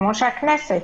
כמו שהכנסת.